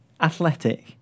athletic